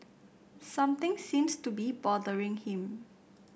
something seems to be bothering him